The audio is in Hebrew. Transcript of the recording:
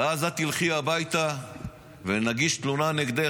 ואז את תלכי הביתה ונגיש תלונה נגדך,